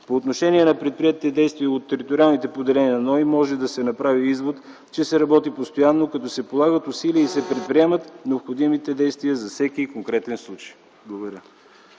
По отношение на предприетите действия от териториалните поделения на НОИ може да се направи извод, че се работи постоянно като се полагат усилия и се предприемат необходимите действия за всеки конкретен случай.